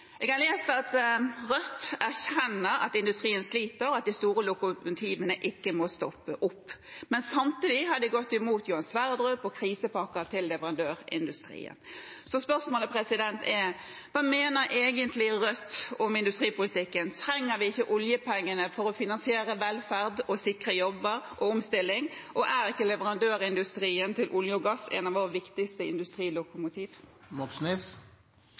Jeg har lest at Rødt erkjenner at industrien sliter, og at de store lokomotivene ikke må stoppe opp, men samtidig har de gått imot Johan Sverdrup og krisepakker til leverandørindustrien. Så spørsmålet er: Hva mener egentlig Rødt om industripolitikken? Trenger vi ikke oljepengene for å finansiere velferd og sikre jobber og omstilling, og er ikke leverandørindustrien til olje og gass en av våre viktigste